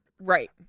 Right